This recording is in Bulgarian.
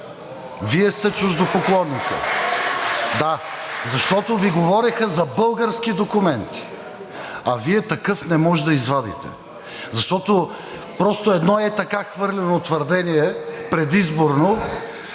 Вие сте чуждопоклонникът, да. Защото Ви говореха за български документи, а Вие такъв не може да извадите, защото просто едно ей така хвърлено твърдение предизборно,